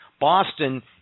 Boston